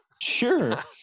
sure